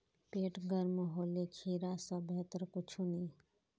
पेट गर्म होले खीरा स बेहतर कुछू नी